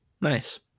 Nice